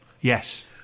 Yes